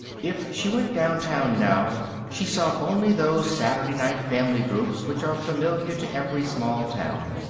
if she went downtown now, she saw only those saturday-night family groups which are familiar to every small town.